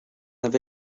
and